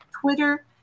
Twitter